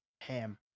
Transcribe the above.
ham